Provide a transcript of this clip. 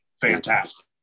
Fantastic